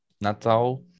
Natal